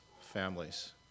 families